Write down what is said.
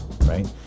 right